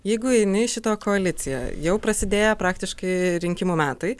jeigu eini į šitą koaliciją jau prasidėję praktiškai rinkimų metai